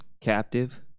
captive